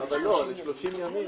ל-30 ימים.